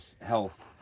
health